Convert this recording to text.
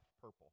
purple